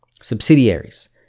subsidiaries